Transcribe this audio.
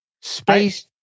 Space